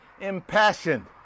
impassioned